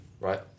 right